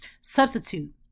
Substitute